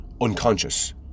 unconscious